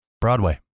Broadway